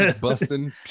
Busting